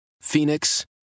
Phoenix